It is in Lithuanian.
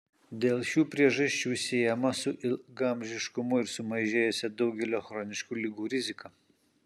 dėl šių priežasčių siejama su ilgaamžiškumu ir sumažėjusia daugelio chroniškų ligų rizika